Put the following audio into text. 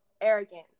arrogant